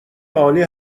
عالی